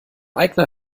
aigner